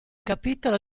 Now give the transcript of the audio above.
capitolo